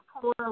poor